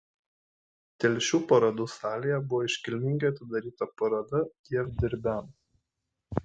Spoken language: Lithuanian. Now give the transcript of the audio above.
telšių parodų salėje buvo iškilmingai atidaryta paroda dievdirbiams